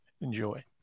Enjoy